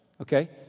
Okay